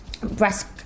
breast